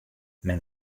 men